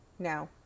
Now